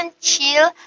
chill